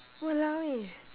!walao! eh